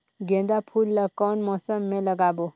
गेंदा फूल ल कौन मौसम मे लगाबो?